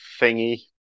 thingy